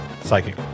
Psychic